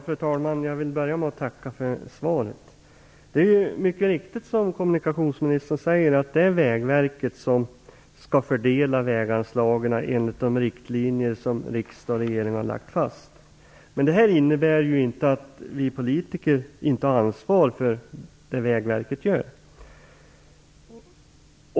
Fru talman! Jag vill börja med att tacka för svaret. Det är mycket riktigt som kommunikationsministern säger, att det är Vägverket som skall fördela väganslagen enligt de riktlinjer som riksdag och regering har lagt fast. Men det innebär inte att vi politiker inte har ansvar för det Vägverket gör.